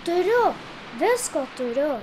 turiu visko turiu